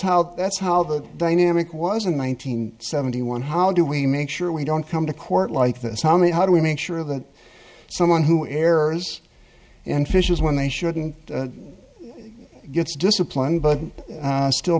how that's how the dynamic was in the one nine hundred seventy one how do we make sure we don't come to court like this how many how do we make sure that someone who errors and fishes when they shouldn't gets disciplined but still